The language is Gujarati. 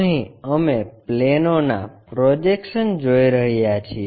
અહીં અમે પ્લેનોના સપાટીplane પ્રોજેક્શન્સ જોઈ રહ્યા છીએ